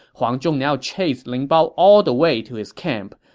huang zhong now chased ling bao all the way to his camp.